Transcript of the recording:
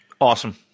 Awesome